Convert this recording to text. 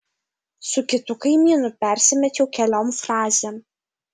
su kitu kaimynu persimečiau keliom frazėm